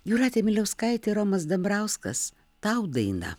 jūratė miliauskaitė romas dambrauskas tau daina